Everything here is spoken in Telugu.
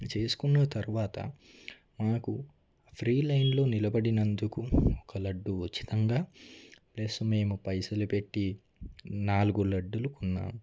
చేసుకున్న తర్వాత మాకు ఫ్రీ లైన్లో నిలబడినందుకు ఒక లడ్డూ ఉచితంగా ప్లస్ మేము పైసలు పెట్టి నాలుగు లడ్డూలు కొన్నాము